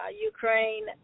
Ukraine